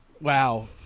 wow